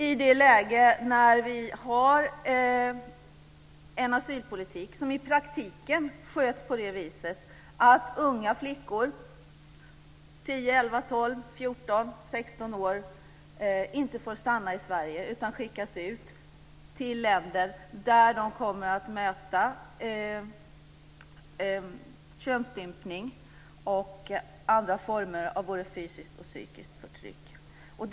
I dagens läge har vi en asylpolitik som i praktiken sköts på det viset att unga flickor, 11-16 år, inte får stanna i Sverige utan skickas till länder där de kommer att möta könsstympning och andra former av både fysiskt och psykiskt förtryck.